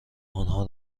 آنها